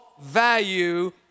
value